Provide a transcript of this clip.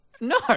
No